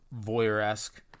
voyeur-esque